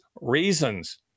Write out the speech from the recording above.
reasons